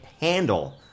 handle